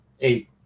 eight